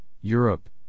Europe